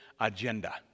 agenda